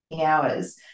hours